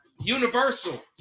Universal